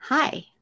Hi